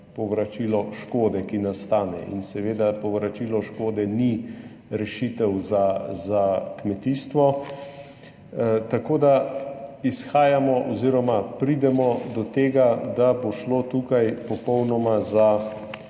povračilo škode, ki nastane. In seveda povračilo škode ni rešitev za kmetijstvo. Tako da pridemo do tega, da bo šlo tukaj za popolnoma